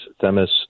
Themis